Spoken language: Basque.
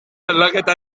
aldaketa